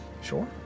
Sure